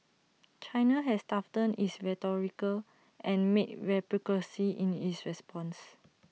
China has toughened its rhetoric and made reciprocity in its response